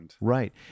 right